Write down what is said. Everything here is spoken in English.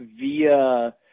via